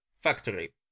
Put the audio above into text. factory